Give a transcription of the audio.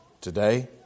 today